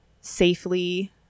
safely